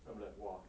I'm like !wah!